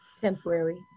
Temporary